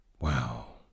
Wow